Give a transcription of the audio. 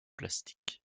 plastiques